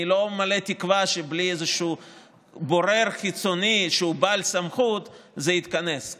אני לא מלא תקווה שבלי איזשהו בורר חיצוני שהוא בעל סמכות זה יתכנס,